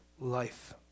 life